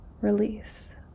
release